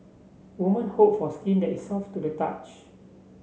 woman hope for skin that is soft to the touch